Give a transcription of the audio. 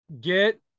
get